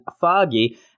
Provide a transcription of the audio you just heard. Foggy